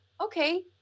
okay